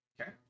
Okay